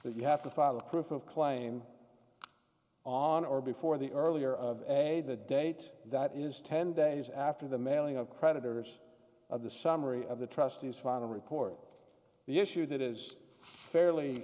that you have to file a crew from of claim on or before the earlier of a the date that is ten days after the mailing of creditors of the summary of the trustees find a record the issue that is fairly